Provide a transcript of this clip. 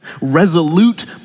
Resolute